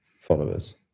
followers